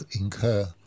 incur